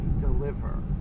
deliver